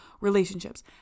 relationships